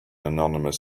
anonymous